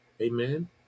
Amen